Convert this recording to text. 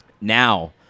Now